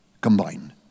combined